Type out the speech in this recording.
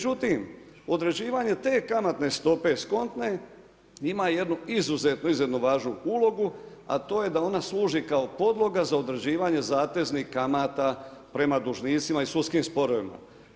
Međutim, određivanje te kamatne stope, eskontne, ima jednu izuzetno izuzetno važnu ulogu a to je da ona služi podloga za određivanje zateznih kamata prema dužnicima i sudskim sporovima.